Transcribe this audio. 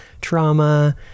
trauma